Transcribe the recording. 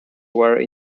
were